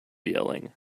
yelling